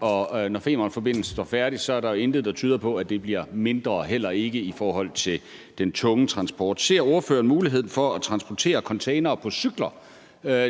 og når Femernforbindelsen står færdig, er der jo intet, der tyder på, at det bliver mindre, heller ikke i forhold til den tunge transport. Så jeg vil bare høre: Ser ordføreren en mulighed for at transportere containere på cykler